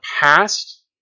past